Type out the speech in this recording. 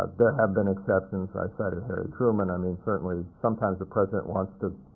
there have been exceptions. i cited harry truman. i mean, certainly, sometimes a president wants to